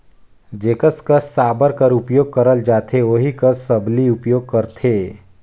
जेकर कस साबर कर उपियोग करल जाथे ओही कस सबली उपियोग करथे